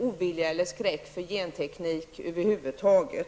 ovilja eller skräck för genteknik över huvud taget.